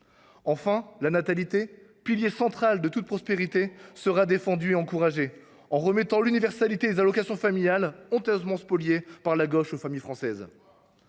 Enfin, la natalité, pilier central de toute prospérité, sera défendue et encouragée par le rétablissement de l’universalité des allocations familiales, honteusement spoliées par la gauche aux familles françaises.